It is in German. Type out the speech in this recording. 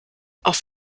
auf